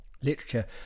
literature